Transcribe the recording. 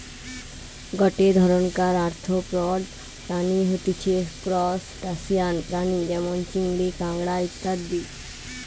গটে ধরণকার আর্থ্রোপড প্রাণী হতিছে ত্রুসটাসিয়ান প্রাণী যেমন চিংড়ি, কাঁকড়া ইত্যাদি